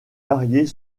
varier